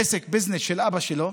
עסק, ביזנס, של אבא שלו,